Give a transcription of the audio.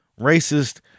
racist